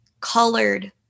colored